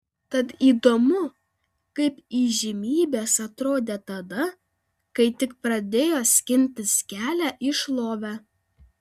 tad įdomu kaip įžymybės atrodė tada kai tik pradėjo skintis kelią į šlovę